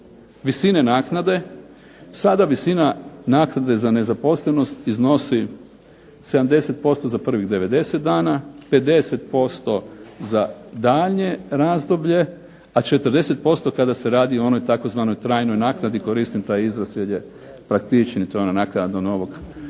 visine naknade, sada visina naknade za nezaposlenost iznosi 70% za prvih 90 dana, 50% za daljnje razdoblje, a 40% kada se radi o tzv. trajnoj naknadi, koristim taj izraz jer je praktičnije. To je naknada do novog zaposlenja.